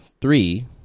three